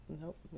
nope